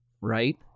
Right